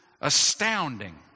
astounding